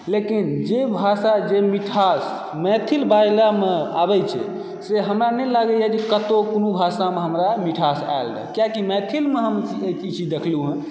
लेकिन जे भाषा जे मिठास मैथिल बाजलामे आबैत छै से हमरा नहि लागैए जे कतहुँ कोनो भाषामे हमरा मिठास आयल रहै किआकि मैथिलमे हम ई चीज देखलहुँ हँ